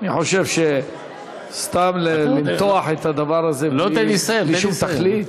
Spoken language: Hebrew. אני חושב, סתם למתוח את הדבר הזה בלי שום תכלית?